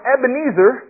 Ebenezer